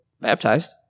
baptized